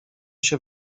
się